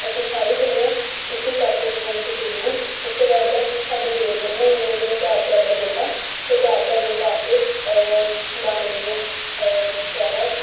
ਅਸੀਂ ਸਾਰੀਆਂ ਕੁੜੀਆਂ ਇੱਕ ਇੱਕ ਕਰਕੇ ਉਸ ਗਾਣੇ 'ਤੇ ਤੁਰੀਆਂ ਉਸ ਤੋਂ ਵੱਢ ਸਾਡੀ ਜੋੜੀਆਂ ਬਣਾਈਆਂ ਗਈਆਂ ਜਿਵੇਂ ਚਾਰ ਚਾਰ ਦਾ ਜੋਟਾ ਅਤੇ ਚਾਰ ਚਾਰ ਜੋਟਾ ਆ ਕੇ ਗਾਣੇ ਦੀਆਂ ਔਰ ਪੈਰਾ